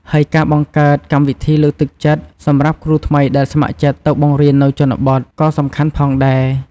ហើយការបង្កើត កម្មវិធីលើកទឹកចិត្ត សម្រាប់គ្រូថ្មីដែលស្ម័គ្រចិត្តទៅបង្រៀននៅជនបទ ក៏សំខាន់ផងដែរ។